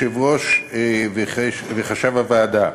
יושב-ראש הוועדה וחשב הוועדה.